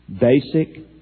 basic